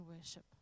worship